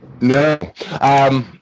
No